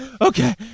okay